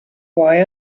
why